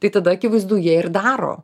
tai tada akivaizdu jie ir daro